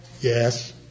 Yes